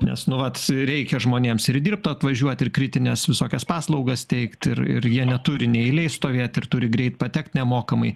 nes nu vat reikia žmonėms ir dirbt atvažiuoti ir kritines visokias paslaugas teikt ir ir jie neturi nei eilėj stovėt ir turi greit patekt nemokamai